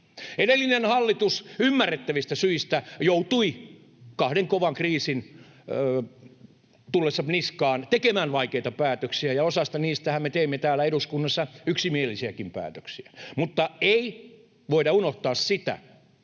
Edellinen hallitus ymmärrettävistä syistä joutui tekemään kahden kovan kriisin tullessa niskaan vaikeita päätöksiä, ja osasta niistähän me teimme täällä eduskunnassa yksimielisiäkin päätöksiä. Mutta ei voida unohtaa sitä,